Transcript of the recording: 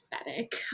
aesthetic